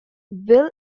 will